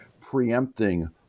preempting